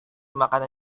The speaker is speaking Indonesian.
makanan